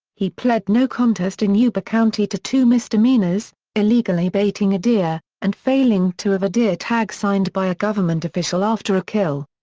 he pled no contest in yuba county to two misdemeanors illegally baiting a deer, and failing to have a deer tag signed by a government official after a kill.